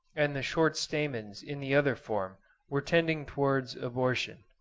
and the short stamens in the other form were tending towards abortion.